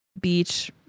beach